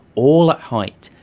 all at height.